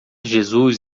jesus